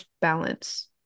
balance